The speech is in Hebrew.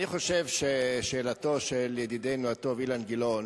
אני חושב ששאלתו של ידידנו הטוב אילן גילאון